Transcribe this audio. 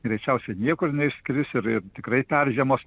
greičiausiai niekur neišskris ir tikrai peržiemos